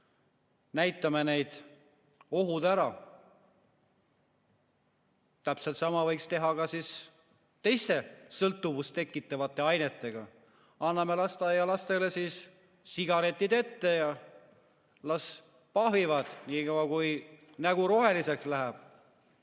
näitame need ohud ära. Täpselt sama võiks teha ka teiste sõltuvust tekitavate ainetega. Anname lasteaialastele sigaretid ette ja las pahvivad, niikaua kui nägu roheliseks läheb.